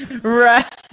Right